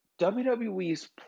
WWE's